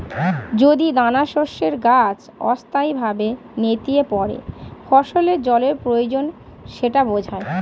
যদি দানাশস্যের গাছ অস্থায়ীভাবে নেতিয়ে পড়ে ফসলের জলের প্রয়োজন সেটা বোঝায়